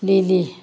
ꯂꯤꯂꯤ